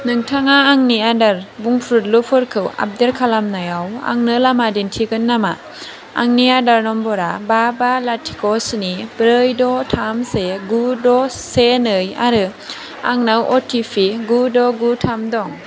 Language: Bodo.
नोंथाङा आंनि आदार बुंफुदलुफोरखौ आपडेट खालामनायाव आंनो लामा दिन्थिगोन नामा आंनि आदार नम्बरा बा बा लाथिख' स्नि ब्रै द' थाम से गु द' से नै आरो आंनाव अटिपि गु द' गु थाम दं